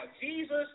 Jesus